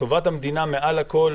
את טובת המדינה מעל הכול.